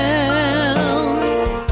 else